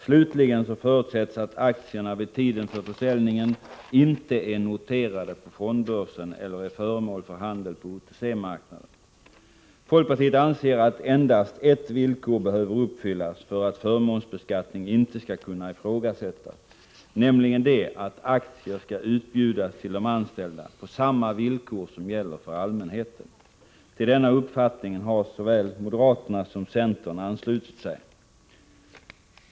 Slutligen förutsätts att aktierna vid tiden för försäljningen inte är noterade på fondbörsen eller är föremål för handel på OTC-marknaden. Folkpartiet anser att endast ett villkor behöver uppfyllas för att förmånsbeskattning inte skall kunna ifrågasättas, nämligen det att aktierna skall utbjudas till de anställda på samma villkor som gäller för allmänheten. Till denna uppfattning har såväl moderaterna som centern anslutit sig.